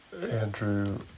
Andrew